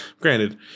granted